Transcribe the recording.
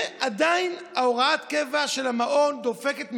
ועדיין הוראת הקבע של המעון דופקת,